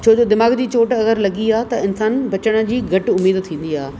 छोजो दिमाग़ जी चोट अगरि लॻी आहे त इंसान बचण जी घटि उमीदि थींदी आहे